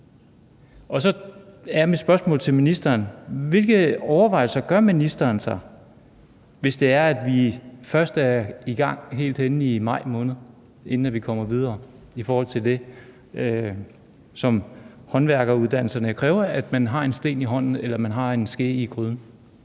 Så mit spørgsmål til ministeren er: Hvilke overvejelser gør ministeren sig, hvis det er sådan, at vi skal helt hen i maj måned, inden vi kommer videre, set i forhold til at håndværkeruddannelserne kræver, at man har en sten i hånden eller en ske i gryden?